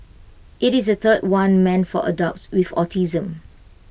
IT is the third one meant for adults with autism